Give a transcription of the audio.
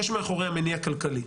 יש מאחוריה מניע כלכלי,